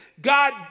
God